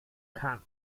kann